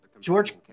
George